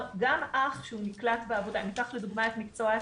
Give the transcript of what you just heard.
ניקח לדוגמה את מקצוע הסיעוד.